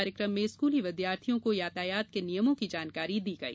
कार्यक्रम में स्कूली विद्यार्थियों को यातायात के नियमों की जानकारी दी गई